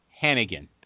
Hannigan